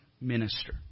minister